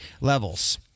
levels